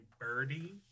Birdie